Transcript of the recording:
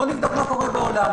בואו נבדוק מה קורה בעולם.